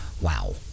wow